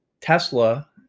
Tesla